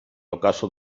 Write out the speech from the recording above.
ocaso